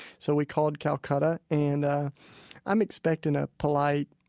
so we called calcutta. and ah i'm expecting a polite,